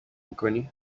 میکنی